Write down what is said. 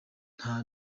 nta